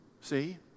See